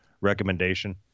recommendation